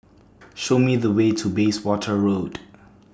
Show Me The Way to Bayswater Road